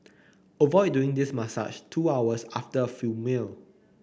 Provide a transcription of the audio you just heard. avoid doing this massage two hours after a full meal